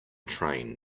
train